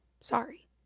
sorry